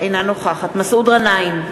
אינה נוכחת מסעוד גנאים,